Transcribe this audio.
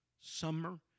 summer